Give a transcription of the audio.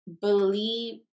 believe